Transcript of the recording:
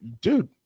dude